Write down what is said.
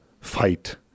fight